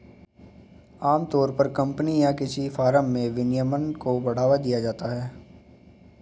आमतौर पर कम्पनी या किसी फर्म में विनियमन को बढ़ावा दिया जाता है